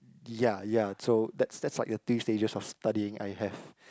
ya ya so that's that's like the three stages of studying I have